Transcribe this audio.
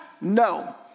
no